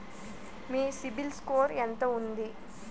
మీ CIBIL score ఎంత ఉంది?